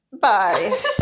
Bye